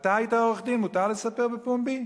אתה היית עורך-דין, מותר לספר בפומבי?